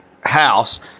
house